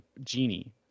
genie